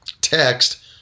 text